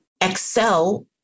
excel